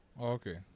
Okay